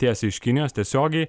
tiesiai iš kinijos tiesiogiai